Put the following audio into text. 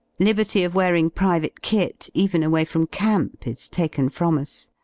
liberty of wearing private kit, even away from camp, is taken from us.